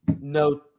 no